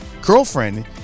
girlfriend